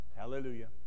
Hallelujah